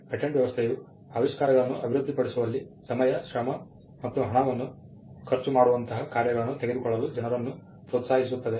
patent ವ್ಯವಸ್ಥೆಯು ಆವಿಷ್ಕಾರಗಳನ್ನು ಅಭಿವೃದ್ಧಿಪಡಿಸುವಲ್ಲಿ ಸಮಯ ಶ್ರಮ ಮತ್ತು ಹಣವನ್ನು ಖರ್ಚು ಮಾಡುವಂತಹ ಕಾರ್ಯಗಳನ್ನು ತೆಗೆದುಕೊಳ್ಳಲು ಜನರನ್ನು ಪ್ರೋತ್ಸಾಹಿಸುತ್ತದೆ